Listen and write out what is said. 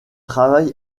travaille